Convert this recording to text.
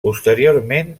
posteriorment